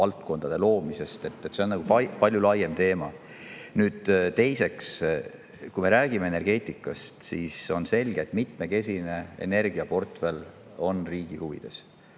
haridusvaldkondade loomisest – see on palju laiem teema. Nüüd, teiseks, kui me räägime energeetikast, siis on selge, et mitmekesine energiaportfell on riigi huvides.